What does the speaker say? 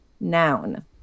noun